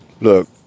Look